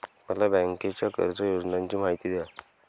मला बँकेच्या कर्ज योजनांची माहिती द्या